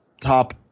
top